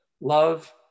Love